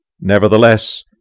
Nevertheless